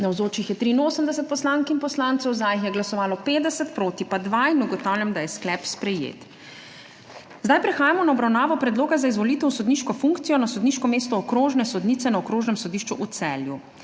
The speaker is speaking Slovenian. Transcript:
Navzočih je 83 poslank in poslancev, za jih je glasovalo 50, proti pa 2. (Za je glasovalo 50.) (Proti 2.) Ugotavljam, da je sklep sprejet. Prehajamo na obravnavo Predloga za izvolitev v sodniško funkcijo na sodniško mesto okrožne sodnice na Okrožnem sodišču v Celju.